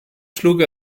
schlug